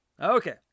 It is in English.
Okay